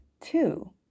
two